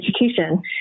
education